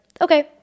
okay